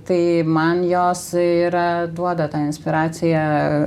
tai man jos yra duoda tą inspiraciją